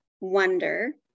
wonder